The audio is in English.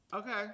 Okay